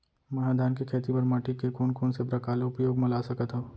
मै ह धान के खेती बर माटी के कोन कोन से प्रकार ला उपयोग मा ला सकत हव?